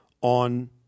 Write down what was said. on